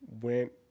went